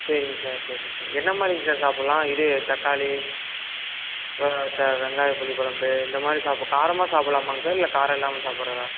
சரிங் சார் சரிங் சார் என்ன மாதிரிங் சார் சாப்பிட்லாம் இது தக்காளி வெங்காயம் புளிக்குழம்பு இந்த மாதிரி சாப் காரமாக சாப்பிட்லாமாங் சார் இல்லை காரம் இல்லாமல் சாப்பிட்றதா